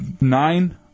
nine